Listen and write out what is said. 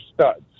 studs